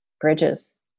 bridges